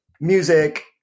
music –